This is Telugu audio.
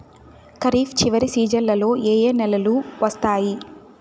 ఖరీఫ్ చివరి సీజన్లలో ఏ ఏ నెలలు వస్తాయి